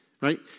right